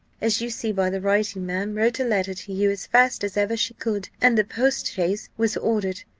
as you see by the writing, ma'am, wrote a letter to you as fast as ever she could, and the postchaise was ordered.